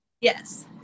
Yes